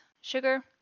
sugar